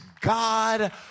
God